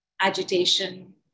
agitation